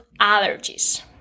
allergies